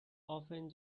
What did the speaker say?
often